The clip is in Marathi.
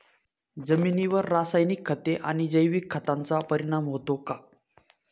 जमिनीवर रासायनिक खते आणि जैविक खतांचा परिणाम होतो का?